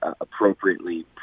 appropriately